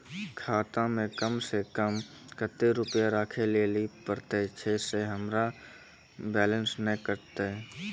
खाता मे कम सें कम कत्ते रुपैया राखै लेली परतै, छै सें हमरो बैलेंस नैन कतो?